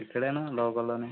ఇక్కడే అన్న లోకల్లోనే